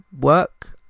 work